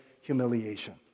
humiliation